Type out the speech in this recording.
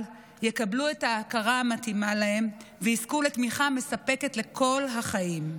יקבלו את ההכרה המתאימה להם ויזכו לתמיכה מספקת לכל החיים.